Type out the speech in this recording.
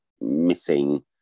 missing